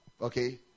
Okay